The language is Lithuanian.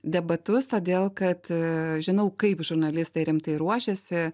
debatus todėl kad žinau kaip žurnalistai rimtai ruošiasi